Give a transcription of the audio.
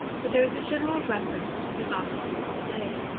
but there is a general reference to the gospel for the day.